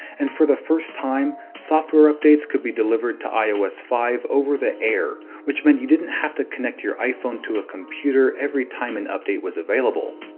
and for the first time, software updates could be delivered to ios five over the air. which meant you didn't have to connect your iphone to a computer every time an update was available.